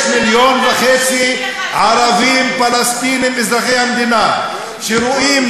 יש מיליון וחצי ערבים פלסטינים אזרחי המדינה שרואים